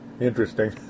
interesting